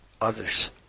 others